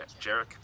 Jarek